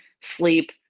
sleep